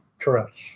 Correct